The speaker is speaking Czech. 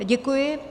Děkuji.